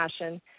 passion